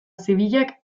zibilak